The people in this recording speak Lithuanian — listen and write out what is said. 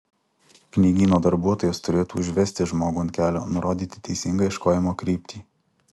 knygyno darbuotojas turėtų užvesti žmogų ant kelio nurodyti teisingą ieškojimo kryptį